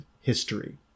history